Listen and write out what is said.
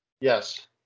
Yes